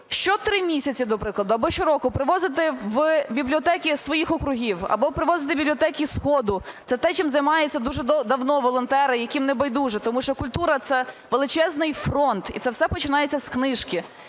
що три місяці, до прикладу, або щороку привозити в бібліотеки своїх округів, або привозити в бібліотеки сходу. Це те, чим займаються дуже давно волонтери, яким небайдуже. Тому що культура – це величезний фронт, і це все починається з книжки.